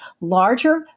larger